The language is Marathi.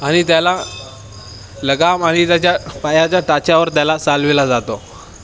आणि त्याला लगाम आणि त्याच्या पायाच्या टाचेवर त्याला चालविला जातो